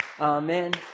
Amen